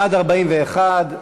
בעד, 41,